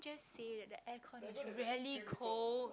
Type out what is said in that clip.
say that the air con is really cold